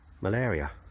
malaria